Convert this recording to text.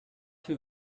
too